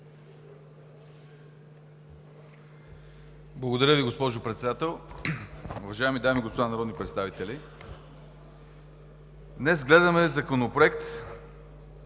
Благодаря Ви, госпожо Председател. Уважаеми дами и господа народни представители! Днес гледаме Законопроект,